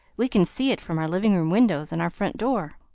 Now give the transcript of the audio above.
we can see it from our living room windows and our front door.